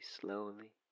slowly